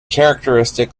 characteristic